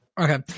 okay